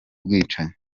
bwicanyi